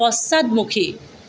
পশ্চাদমুখী